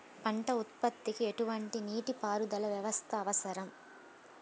పంట ఉత్పత్తికి ఎటువంటి నీటిపారుదల వ్యవస్థ అవసరం?